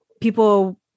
people